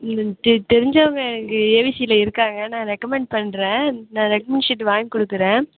தெரிஞ்சவங்க எனக்கு ஏவிசியில் இருக்காங்க நான் ரெக்கமண்ட் பண்ணுறேன் நான் ரெக்கமண்ட் ஷீட் வாங்கி கொடுக்குறேன்